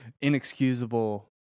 inexcusable